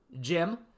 Jim